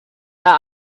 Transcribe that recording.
that